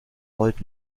volt